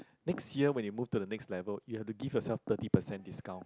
next year when you move to the next level you have to give yourself thirty percent discount